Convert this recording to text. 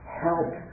help